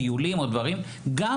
טיולים או דברים כאלה.